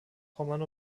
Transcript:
pommern